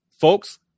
folks